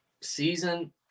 season